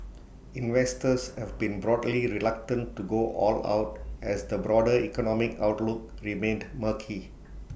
investors have been broadly reluctant to go all out as the broader economic outlook remained murky